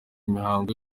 imihango